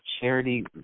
charity